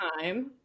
time